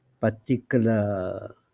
particular